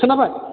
खोनाबाय